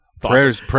prayers